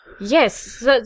Yes